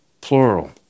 plural